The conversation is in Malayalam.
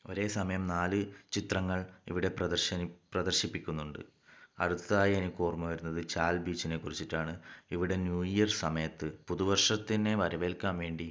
ഒരേ സമയം നാല് ചിത്രങ്ങൾ ഇവിടെ പ്രദർശിനി പ്രദർശിപ്പിക്കുന്നുണ്ട് അടുത്തതായി എനിക്ക് ഓർമ്മ വരുന്നത് ചാൾ ബീച്ചിനെ കുറിച്ചിട്ടാണ് ഇവിടെ ന്യൂ ഇയർ സമയത്ത് പുതുവർഷത്തിനെ വരവേൽക്കാൻ വേണ്ടി